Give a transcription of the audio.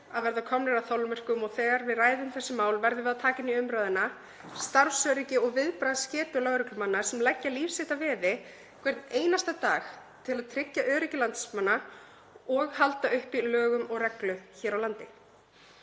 að verða komnir að þolmörkum og þegar við ræðum þessi mál verðum við að taka inn í umræðuna starfsöryggi og viðbragðsgetu lögreglumanna sem leggja líf sitt að veði hvern einasta dag til að tryggja öryggi landsmanna og halda uppi lögum og reglu hér á landi.